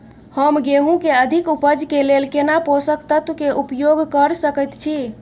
हम गेहूं के अधिक उपज के लेल केना पोषक तत्व के उपयोग करय सकेत छी?